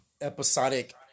episodic